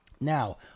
Now